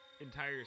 entire